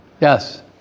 Yes